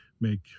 make